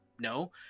no